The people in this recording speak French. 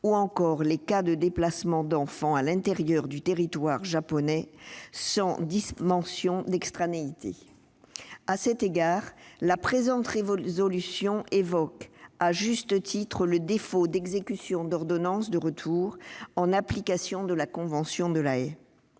ou encore les cas de déplacement d'enfants à l'intérieur du territoire japonais sans dimension d'extranéité. À cet égard, la présente proposition de résolution évoque à juste titre le défaut d'exécution d'ordonnances de retour en application de la convention de la Haye.